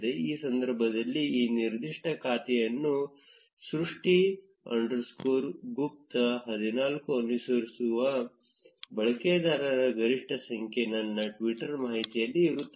ಈ ಸಂದರ್ಭದಲ್ಲಿ ಈ ನಿರ್ದಿಷ್ಟ ಖಾತೆಯನ್ನು ಸೃಷ್ಟಿ ಅಂಡರ್ಸ್ಕೋರ್ ಗುಪ್ತ 14 ಅನುಸರಿಸುವ ಬಳಕೆದಾರರ ಗರಿಷ್ಠ ಸಂಖ್ಯೆ ನನ್ನ ಟ್ವಿಟರ್ ಮಾಹಿತಿಯಲ್ಲಿ ಇರುತ್ತದೆ